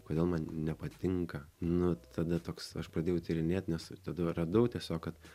kodėl man nepatinka nu tada toks aš pradėjau tyrinėt nes tada radau tiesiog kad